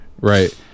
right